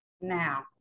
Now